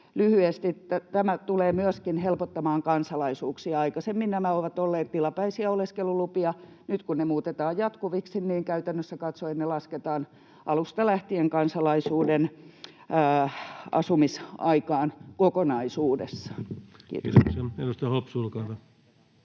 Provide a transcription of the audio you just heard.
lyhyesti, että tämä tulee myöskin helpottamaan kansalaisuuksia. Aikaisemmin nämä ovat olleet tilapäisiä oleskelulupia. Nyt, kun ne muutetaan jatkuviksi, niin käytännössä katsoen ne lasketaan alusta lähtien kansalaisuuden asumisaikaan kokonaisuudessaan. — Kiitos. [Speech